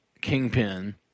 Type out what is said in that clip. Kingpin